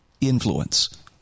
influence